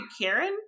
Karen